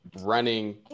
running